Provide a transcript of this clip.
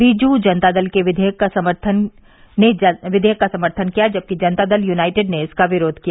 बीजू जनता दल ने विधेयक का समर्थन किया जबकि जनता दल युनाईटेड ने इसका विरोध किया